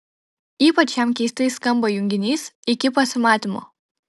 ypač jam keistai skamba junginys iki pasimatymo